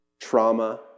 Trauma